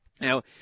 Now